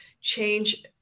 change